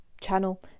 channel